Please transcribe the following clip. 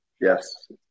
Yes